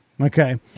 Okay